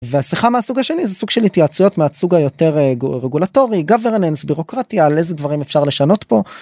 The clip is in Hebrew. והשיחה מהסוג השני זה סוג של התייעצויות מהסוג היותר רגולטורי גוורננס בירוקרטיה על איזה דברים אפשר לשנות פה.